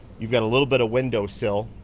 you've got a little bit of window sill